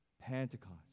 Pentecost